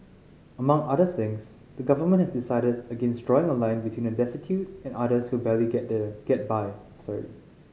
among other things the Government has decided against drawing a line between the destitute and others who barely get there get by sorry